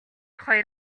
хоёр